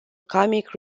comic